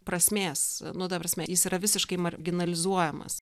prasmės nu ta prasme jis yra visiškai marginalizuojamas